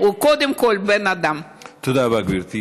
ברווחה ידעו על הסיכון שבו היא נמצאת,